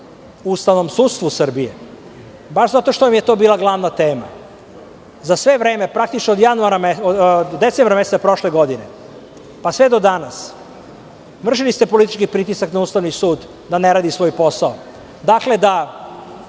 ustavnom sudstvu Srbije, baš zato što vam je to bila glavna tema. Za sve vreme, praktično od decembra meseca prošle godine, pa sve do danas, vršili ste politički pritisak na Ustavni sud da ne radi svoj posao, da